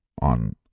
on